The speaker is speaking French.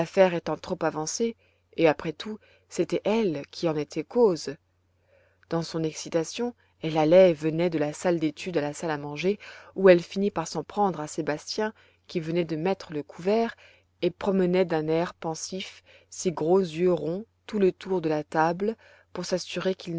étant trop avancée et après tout c'était elle qui en était cause dans son excitation elle allait et venait de la salle d'études à la salle à manger où elle finit par s'en prendre à sébastien qui venait de mettre le couvert et promenait d'un air pensif ses gros yeux ronds tout le tour de la table pour s'assurer qu'il